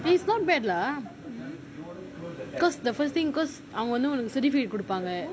it's not bad lah because the first thing because அவங்க வைத்து:avanga vaithu certificate குடுப்பாங்க:kudupaanga